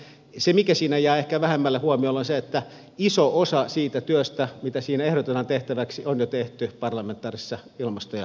se mikä siinä jää ehkä vähemmälle huomiolle on se että iso osa siitä työstä mitä siinä ehdotetaan tehtäväksi on jo tehty parlamentaarisessa ilmasto ja energiakomiteassa